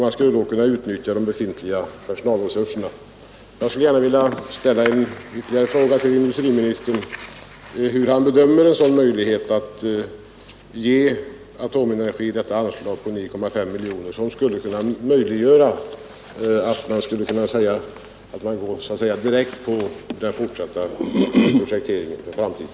Jag vill till industriministern ställa frågan hur han bedömer möjligheten att bevilja AB Atomenergi ett sådant anslag på 9,5 miljoner kronor, som skulle möjliggöra en direkt fortsättning av projekteringen för framtiden.